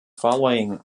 following